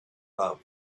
love